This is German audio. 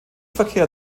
verkehr